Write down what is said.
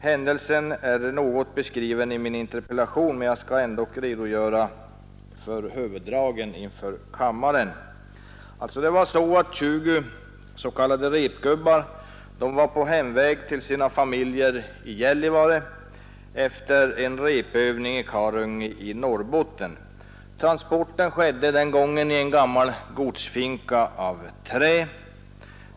Händelsen har något beskrivits i min interpellation, men jag skall ändock inför kammaren redogöra för huvuddragen. godsfinka av trä.